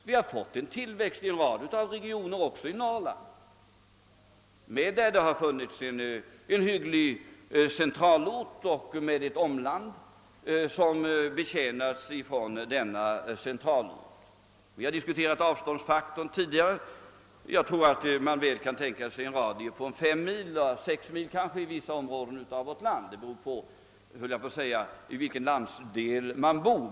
Vi har fått en tillväxt i en rad regioner, också i Norrland, där det har funnits en hygglig centralort med ett omland som betjänas från denna. Vi har tidigare diskuterat avståndsfaktorn. Jag tror att man väl kan tänka sig en radie på fem mil — kanske sex mil i vissa områden i vårt land; det beror på i vilken landsdel man bor.